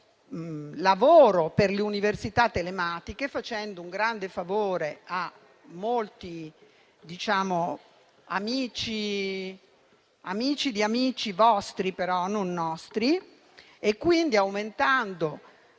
lavoro per le università telematiche, facendo un grande favore a molti amici di amici: amici vostri, però, non nostri. Aumentando